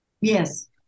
Yes